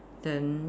then